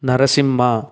Narasimha